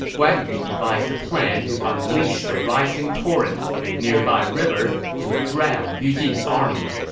guan yu devised a plan to unleash the rising torrents of a nearby river to drown yu jin's army